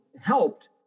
helped